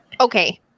Okay